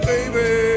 Baby